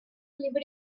lived